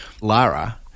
Lara